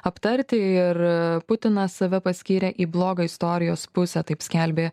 aptarti ir putinas save paskyrė į blogą istorijos pusę taip skelbė